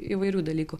įvairių dalykų